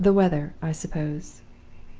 the weather, i suppose